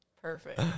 perfect